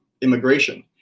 immigration